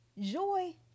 Joy